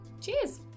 Cheers